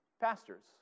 pastors